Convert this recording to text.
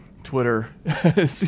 Twitter